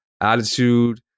attitude